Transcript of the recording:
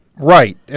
right